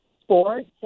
sports